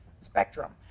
spectrum